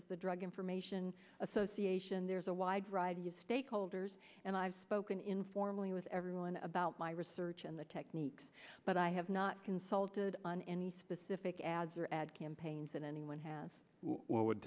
as the drug information association there's a wide variety of stakeholders and i've spoken informally with everyone about my research and the techniques but i have not consulted on any specific ads or ad campaigns that anyone has w